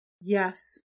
Yes